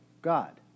God